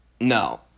No